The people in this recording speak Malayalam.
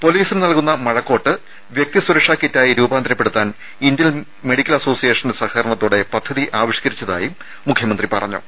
പൊലീസിന് നൽകുന്ന മഴക്കോട്ട് വ്യക്തി സുരക്ഷാ കിറ്റായി രൂപാന്തരപ്പെടുത്താൻ ഇന്ത്യൻ മെഡിക്കൽ അസോസിയേഷന്റെ സഹകരണത്തോടെ പദ്ധതി ആവിഷ്ക്കരിച്ചതായും മുഖ്യമന്ത്രി പറഞ്ഞു